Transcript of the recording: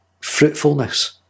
fruitfulness